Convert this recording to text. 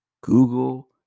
Google